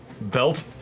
belt